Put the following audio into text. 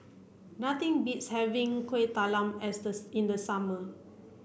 nothing beats having Kuih Talam as this in the summer